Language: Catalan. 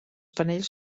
panells